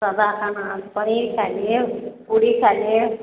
सादा खाना पनीर खा लेब पूरी खा लेब